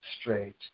straight